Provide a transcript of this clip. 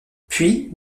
puis